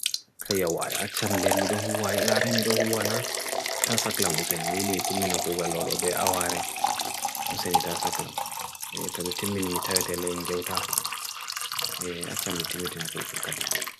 kaya waya achamile midohu waya lare midohu wana tasaklam useni midi mi timi na kuga lolo be aware useni tasaklam e tobe timi mi tawet ele inge uta achamile mi timi na kuga lkadi